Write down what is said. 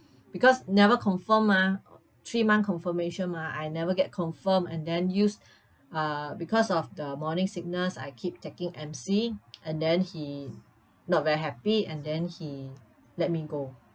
because never confirm mah three-month confirmation mah I never get confirmed and then use uh because of the morning sickness I keep taking M_C and then he not very happy and then he let me go